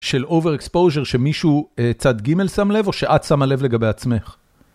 של אובר אקספוז'ר שמישהו צד גימל שם לב או שאת שמה לב לגבי עצמך?